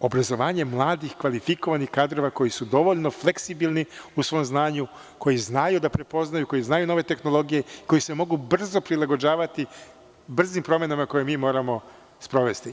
obrazovanje mladih, kvalifikovanih kadrova koji su dovoljno fleksibilni u svom znanju, koji znaju da prepoznaju, koji znaju nove tehnologije, koji se mogu brzo prilagođavati brzim promenama koje mi moramo sprovesti.